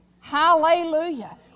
hallelujah